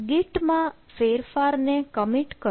GIT માં ફેરફાર ને કમિટ કરો